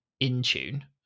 Intune